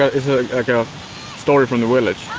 it's a story from the village.